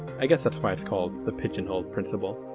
i guess that's why it's called the pigeonhole principle.